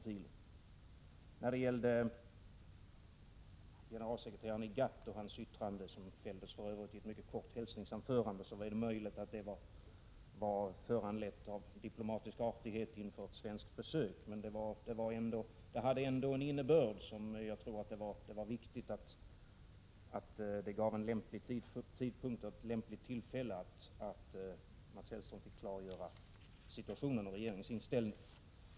Det är möjligt att yttrandet av generalsekreteraren i GATT, vilket för övrigt fälldes i ett mycket kort hälsningsanförande, var föranlett av diplomatisk artighet inför ett svenskt besök, men det hade ändå en innebörd och gav Mats Hellström ett lämpligt tillfälle att klargöra regeringens inställning.